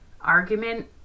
argument